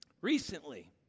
recently